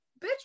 bitch